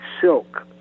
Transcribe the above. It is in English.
silk